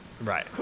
Right